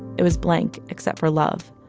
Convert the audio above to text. it was blank except for love.